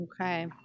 okay